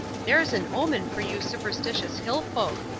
there's an omen for you superstitious hill folk.